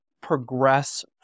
progress